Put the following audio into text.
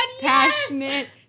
passionate